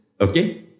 okay